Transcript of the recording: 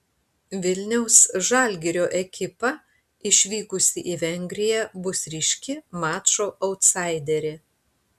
vilniaus žalgirio ekipa išvykusi į vengriją bus ryški mačo autsaiderė